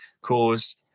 cause